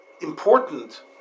important